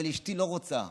אבל אשתי לא רוצה.